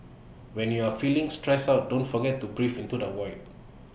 when you are feeling stressed out don't forget to breathe into the void